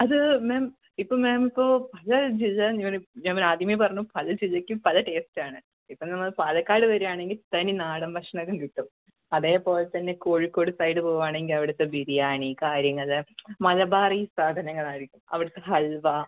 അത് മാം ഇപ്പോൾ മാമിപ്പോൾ ഞാൻ ആദ്യമേ പറഞ്ഞു പല ജില്ലക്കും പല ടേസ്റ്റാണ് ഇപ്പോൾ നമ്മൾ പാലക്കാട് വരുവാണെങ്കിൽ തനി നാടൻ ഭക്ഷണം കിട്ടും അതേപോലെ തന്നെ കോഴിക്കോട് സൈഡ് പോകുവാണെങ്കിൽ അവിടുത്തെ ബിരിയാണി കാര്യങ്ങൾ മലബാറി സാധനങ്ങളായിരിക്കും അവിടുത്തെ ഹൽവ